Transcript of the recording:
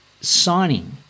signing